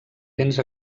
béns